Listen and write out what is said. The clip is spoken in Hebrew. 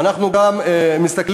אנחנו גם מסתכלים,